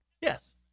Yes